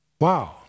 Wow